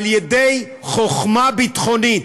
על ידי חוכמה ביטחונית.